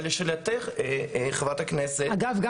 אגב,